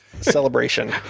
celebration